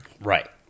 Right